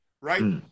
right